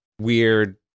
weird